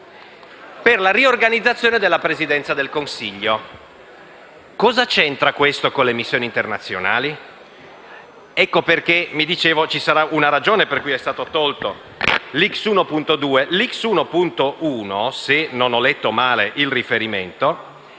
per la riorganizzazione della Presidenza del Consiglio. Cosa c'entra questo con le missioni internazionali? Ecco perché mi dicevo: ci sarà una ragione per cui è stato tolto l'emendamento x1.2 (testo corretto).